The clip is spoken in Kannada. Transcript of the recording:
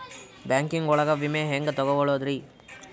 ಬ್ಯಾಂಕಿಂಗ್ ಒಳಗ ವಿಮೆ ಹೆಂಗ್ ತೊಗೊಳೋದ್ರಿ?